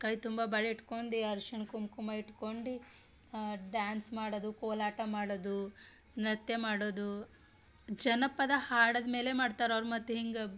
ಕೈ ತುಂಬ ಬಳೆ ಇಟ್ಕೊಂಡಿ ಅರ್ಶಿಣ ಕುಂಕುಮ ಇಟ್ಕೊಂಡು ಡ್ಯಾನ್ಸ್ ಮಾಡೋದು ಕೋಲಾಟ ಮಾಡೋದು ನೃತ್ಯ ಮಾಡೋದು ಜನಪದ ಹಾಡೋದ್ ಮೇಲೆ ಮಾಡ್ತಾರೆ ಅವ್ರು ಮತ್ತು ಹಿಂಗೆ